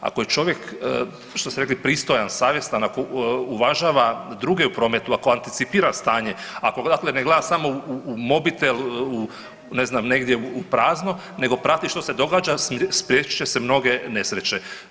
Ako je čovjek, što ste rekli pristojan, savjestan, ako uvažava druge u prometu, ako anticipira stanje, ako ne gleda samo u mobitel, ne znam, negdje u prazno nego prati što se događa, spriječit će se mnoge nesreće.